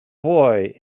boy